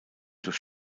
durch